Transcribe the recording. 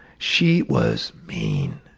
she was mean.